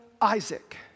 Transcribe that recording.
Isaac